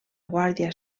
guàrdia